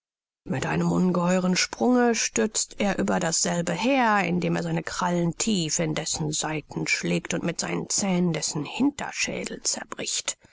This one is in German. mit einem ungeheueren sprunge stürzt er über dasselbe her indem er seine krallen tief in dessen seiten schlägt und mit seinen zähnen dessen hinterschädel zerbricht